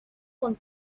con